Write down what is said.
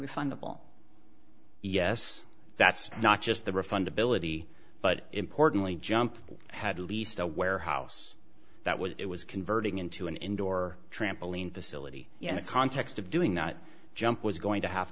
refundable yes that's not just the refund ability but importantly jump had leased a warehouse that was it was converting into an indoor trampoline facility in the context of doing not jump was going to have